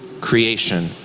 creation